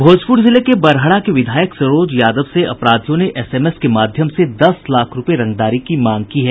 भोजपूर जिले के बड़हरा के विधायक सरोज यादव से अपराधियों ने एसएमएस के माध्यम से दस लाख रूपये रंगदारी की मांग की है